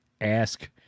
ask